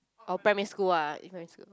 or primary school ah in primary school